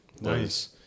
nice